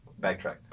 backtrack